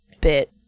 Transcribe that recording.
bit